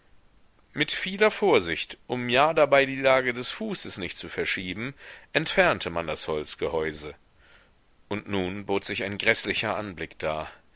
mit vieler vorsicht um ja dabei die lage des fußes nicht zu verschieben entfernte man das holzgehäuse und nun bot sich ein gräßlicher anblick dar